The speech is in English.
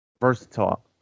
versatile